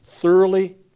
thoroughly